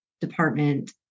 department